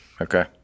Okay